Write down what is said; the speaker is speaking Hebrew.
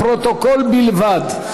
לפרוטוקול בלבד.